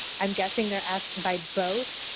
i'm guessing they're asking by both,